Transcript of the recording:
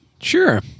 sure